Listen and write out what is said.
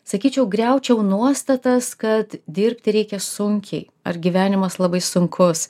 sakyčiau griaučiau nuostatas kad dirbti reikia sunkiai ar gyvenimas labai sunkus